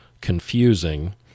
confusing